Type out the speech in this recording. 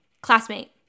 Classmate